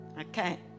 Okay